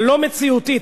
הלא-מציאותית.